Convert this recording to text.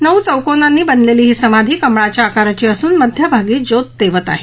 नऊ चौकोनांनी बनलेली ही समाधी कमळाच्या आकाराची असून मध्यभागी ज्योत तेवत आहे